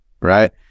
Right